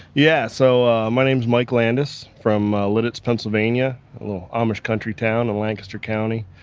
yeah, so ah my name's mike landis from lititz, pennsylvania, a little amish country town in lancaster county.